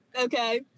okay